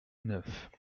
neuf